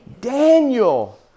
Daniel